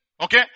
Okay